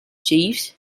jeeves